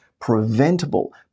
preventable